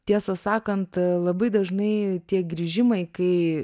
tiesą sakant labai dažnai tie grįžimai kai